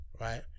right